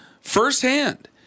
firsthand